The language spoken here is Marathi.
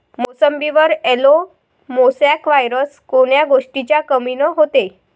मोसंबीवर येलो मोसॅक वायरस कोन्या गोष्टीच्या कमीनं होते?